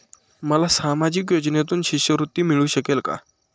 मला सामाजिक योजनेतून शिष्यवृत्ती मिळू शकेल का?